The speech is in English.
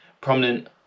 prominent